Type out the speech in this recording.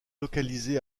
localisée